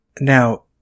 now